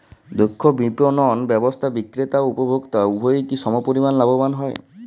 দক্ষ বিপণন ব্যবস্থায় বিক্রেতা ও উপভোক্ত উভয়ই কি সমপরিমাণ লাভবান হয়?